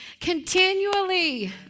Continually